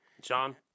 John